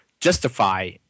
justify